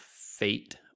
fate